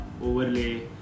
overlay